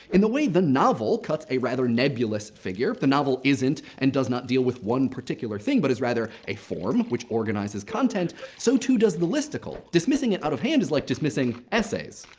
in the way the novel cuts a rather nebulous figure the novel isn't and does not deal with one particular thing, but is rather a form which organizes content so too does the listicle. dismissing it out of hand is like dismissing essays,